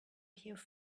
huge